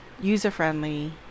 user-friendly